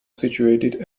situated